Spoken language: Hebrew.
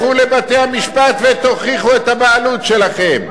לכו לבתי-המשפט ותוכיחו את הבעלות שלכם.